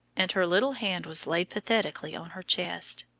and her little hand was laid pathetically on her chest.